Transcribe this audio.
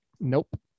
nope